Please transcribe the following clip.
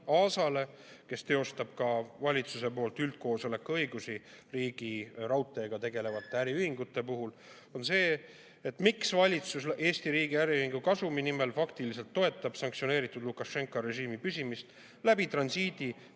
kellel on valitsuse poolt ka üldkoosoleku õigused riigi raudteega tegelevate äriühingute puhul. [Tahame teada], miks valitsus Eesti riigi äriühingu kasumi nimel faktiliselt toetab sanktsioneeritud Lukašenka režiimi püsimist transiidide